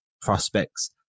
prospects